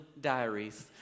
diaries